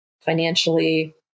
financially